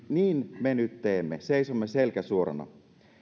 niin me nyt teemme seisomme selkä suorana